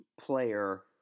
player